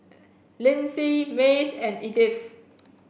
Lynsey Mace and Edyth